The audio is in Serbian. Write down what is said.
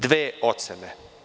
Dve ocene.